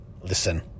Listen